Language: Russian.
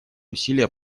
усилия